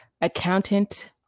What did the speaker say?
accountant